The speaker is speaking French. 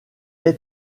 est